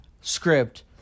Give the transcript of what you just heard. script